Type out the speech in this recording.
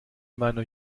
meiner